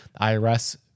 IRS